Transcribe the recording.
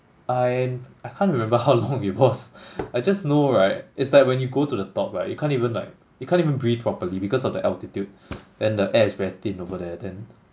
I I can't remember how long it was I just know right it's like when you go to the top right you can't even like you can't even breathe properly because of the altitude then the air is very thin over there then